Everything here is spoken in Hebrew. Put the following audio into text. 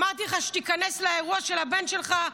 אמרתי לך שתיכנס לאירוע של הבן שלך,